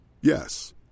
Yes